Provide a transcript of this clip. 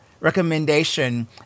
recommendation